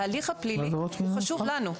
ההליך הפלילי הוא חשוב לנו,